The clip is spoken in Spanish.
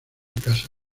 casa